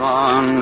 on